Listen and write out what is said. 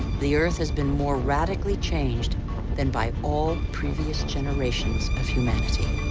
the earth has been more radically changed than by all previous generations of humanity.